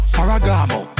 Faragamo